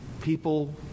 people